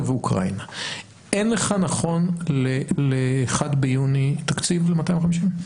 אין לך נכון ל-1 ביוני תקציב ל-250?